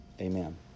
amen